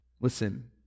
Listen